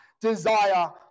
desire